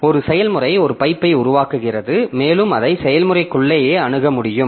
ஒரு செயல்முறை ஒரு பைப்பை உருவாக்குகிறது மேலும் அதை செயல்முறைக்குள்ளேயே அணுக முடியும்